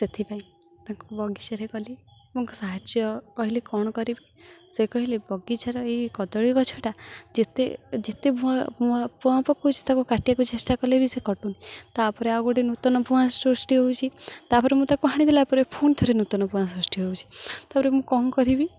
ସେଥିପାଇଁ ତାଙ୍କୁ ବଗିଚାରେ ଗଲି ତାଙ୍କୁ ସାହାଯ୍ୟ କହିଲି କ'ଣ କରିବି ସେ କହିଲେ ବଗିଚାର ଏଇ କଦଳୀ ଗଛଟା ଯେତେ ଯେତେ ପୁଆ ପକଉଛି ତାକୁ କାଟିବାକୁ ଚେଷ୍ଟା କଲେ ବି ସେ କଟୁନି ତାପରେ ଆଉ ଗୋଟେ ନୂତନ ପୁଆ ସୃଷ୍ଟି ହେଉଛି ତାପରେ ମୁଁ ତାକୁ ହାଣିଦେଲା ପରେ ପୁଣି ଥରେ ନୂତନ ପୁଆ ସୃଷ୍ଟି ହେଉଛି ତାପରେ ମୁଁ କ'ଣ କରିବି